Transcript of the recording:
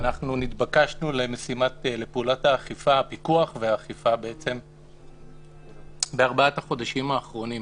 ונתבקשנו לפעולת הפיקוח והאכיפה בארבעת החודשים האחרונים.